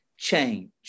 change